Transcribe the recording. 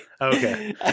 Okay